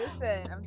listen